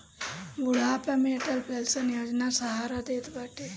बुढ़ापा में अटल पेंशन योजना सहारा देत बाटे